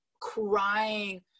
crying